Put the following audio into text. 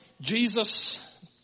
Jesus